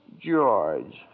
George